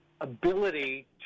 ability